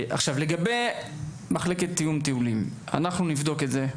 לגבי מחלקת תיאום טיולים, אנחנו נבדוק את זה.